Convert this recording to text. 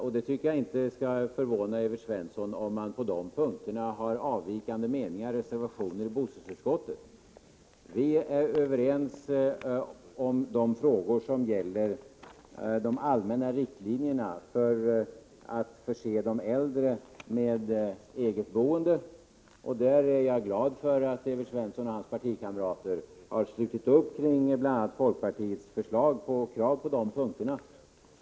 Jag tycker inte att Evert Svensson skall förvånas över om man på dessa punkter har avvikande meningar som man ger uttryck för i reservationer i bostadsutskottet. Vi är överens om de allmänna riktlinjerna när det gäller att ge de äldre möjlighet till ett eget boende. I fråga om detta är jag glad över att Evert Svensson och hans partikamrater har slutit upp kring bl.a. folkpartiets krav på dessa punkter.